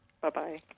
bye-bye